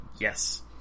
Yes